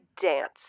dance